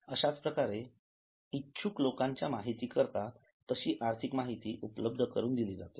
अश्याप्रकारे इच्छुक लोकांच्या माहितीकरिता तशी आर्थिक माहिती उपलब्ध करून जाते